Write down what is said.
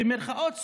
במירכאות,